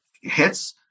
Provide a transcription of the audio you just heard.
hits